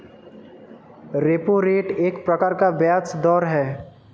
repo rate एक प्रकार का ब्याज़ दर है